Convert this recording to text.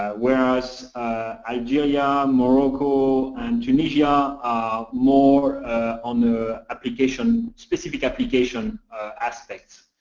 whereas algeria, morocco, and tunisia are more on the application specific application aspects.